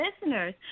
listeners